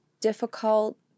difficult